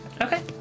Okay